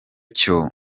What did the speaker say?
cyo